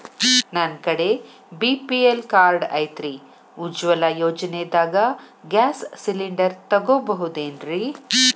ನನ್ನ ಕಡೆ BPL card ಐತ್ರಿ, ಉಜ್ವಲಾ ಯೋಜನೆದಾಗ ಗ್ಯಾಸ್ ಸಿಲಿಂಡರ್ ತೊಗೋಬಹುದೇನ್ರಿ?